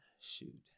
shoot